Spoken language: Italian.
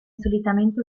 solitamente